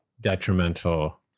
detrimental